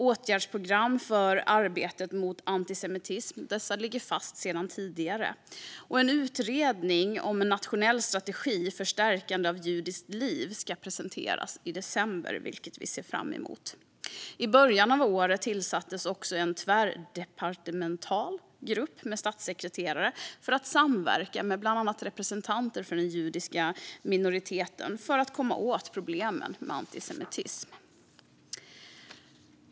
Åtgärdsprogrammet för arbetet mot antisemitism ligger sedan tidigare fast, och en utredning om en nationell strategi för stärkande av judiskt liv ska presenteras i december, vilket vi ser fram emot. I början av året tillsattes också en tvärdepartemental grupp med statssekreterare som ska samverka med bland annat representanter för den judiska minoriteten för att komma åt problemen med antisemitism.